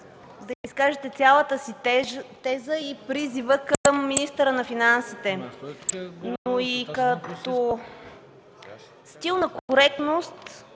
да изкажете цялата си теза и призива към министъра на финансите, но и като стил на коректност